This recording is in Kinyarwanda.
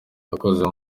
akoze